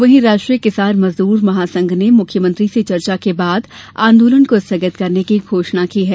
वहीं राष्ट्रीय किसान मजदूर महासंघ ने मुख्यमंत्री से चर्चा के बाद आंदोलन को स्थगित करने की घोषणा की है